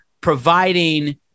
providing